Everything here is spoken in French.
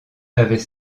avait